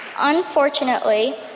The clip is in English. Unfortunately